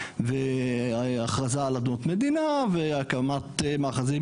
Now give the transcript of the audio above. והכרזה על אדמות מדינה והקמת מאחזים